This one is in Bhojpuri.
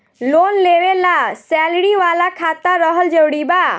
लोन लेवे ला सैलरी वाला खाता रहल जरूरी बा?